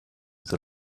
with